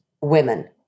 women